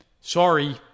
sorry